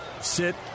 sit